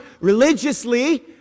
religiously